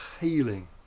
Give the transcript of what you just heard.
healing